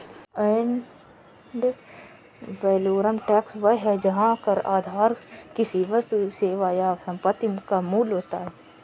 add valorem tax वह है जहां कर आधार किसी वस्तु, सेवा या संपत्ति का मूल्य होता है